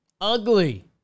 Ugly